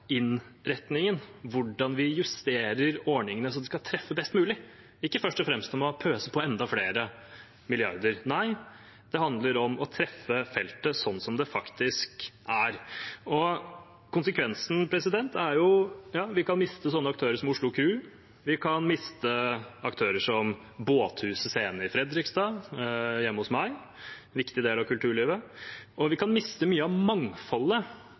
innretningen og hvordan vi justerer ordningene så de skal treffe best mulig, ikke først og fremst om å pøse på med enda flere milliarder. Det handler om å treffe feltet sånn som det faktisk er. Konsekvensen er at vi kan miste aktører som Oslo Kru. Vi kan miste aktører som Båthuset Scene i Fredrikstad – hjemme hos meg, en viktig del av kulturlivet – og vi kan miste mye av mangfoldet,